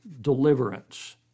deliverance